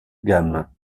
gamme